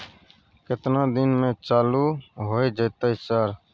केतना दिन में चालू होय जेतै सर?